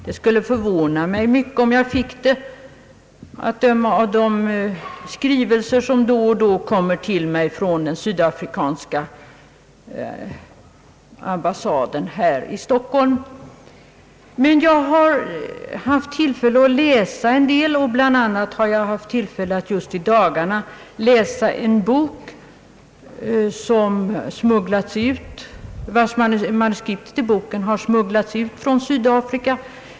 Det skulle närmast förvåna mig om jag fick det att döma av de skrivelser som då och då kommer till mig från sydafrikanska ambassaden här i Stockholm. Men jag har haft tillfälle att läsa en del om Sydafrika. Bland annat har jag just i dagarna läst en bok, till vilken manuskriptet smugglats ut från Syd afrika.